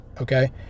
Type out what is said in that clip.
Okay